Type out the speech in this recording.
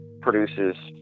produces